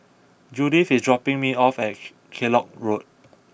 Judith is dropping me off at Kellock Road